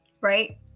right